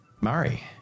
Murray